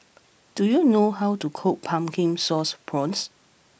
do you know how to cook Pumpkin Sauce Prawns